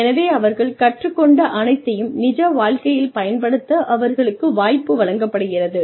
எனவே அவர்கள் கற்றுக்கொண்ட அனைத்தையும் நிஜ வாழ்க்கையில் பயன்படுத்த அவர்களுக்கு வாய்ப்பு வழங்கப்படுகிறது